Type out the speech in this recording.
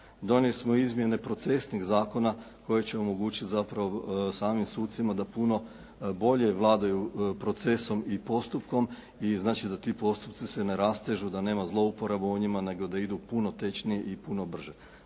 Donijeli smo izmjene procesnih zakona koje će omogućiti zapravo samim sucima da puno bolje vladaju procesom i postupkom i znači da ti postupci se ne rastežu, da nema zlouporabe u njima nego da idu puno tečnije i puno brže.